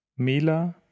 Mila